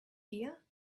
here